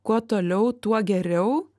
kuo toliau tuo geriau